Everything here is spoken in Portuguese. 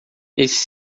esses